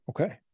Okay